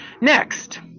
Next